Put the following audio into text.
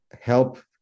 help